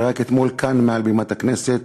ורק אתמול, כאן, מעל בימת הכנסת,